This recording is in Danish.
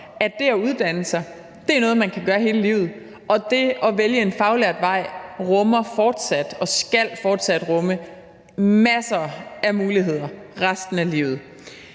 at det at uddanne sig er noget, man kan gøre hele livet, og at det at vælge en faglært vej fortsat rummer og fortsat skal rumme masser af muligheder resten af livet.